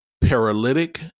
paralytic